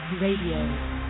Radio